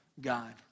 God